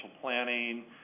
planning